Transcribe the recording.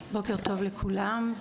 בוקר טוב לכולם.